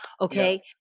Okay